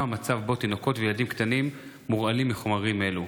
מצב שבו תינוקות וילדים קטנים מורעלים מחומרים אלה.